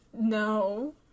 No